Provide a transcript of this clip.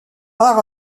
par